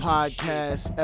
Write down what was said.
Podcast